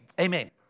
Amen